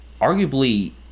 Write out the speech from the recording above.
arguably